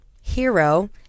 hero